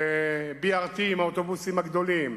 ב-BRT עם האוטובוסים הגדולים,